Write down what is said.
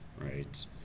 right